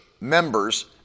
members